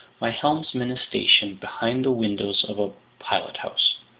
my helmsman is stationed behind the windows of a pilothouse,